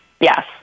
Yes